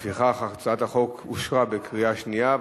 לפיכך, הצעת החוק אושרה בקריאה שנייה.